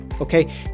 okay